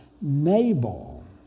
Nabal